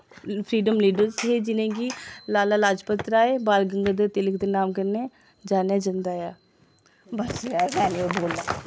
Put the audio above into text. freedom leader हे जि'नें गी लाला लाजपत राय बाल गंगा धर तिलक दे नाम कन्नै जानेआ जंदा ऐ बस यार में निं होर पढ़ोंदा